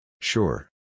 Sure